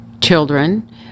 children